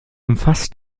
umfasst